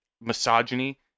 misogyny